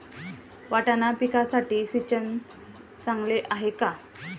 वाटाणा पिकासाठी सिंचन चांगले आहे का?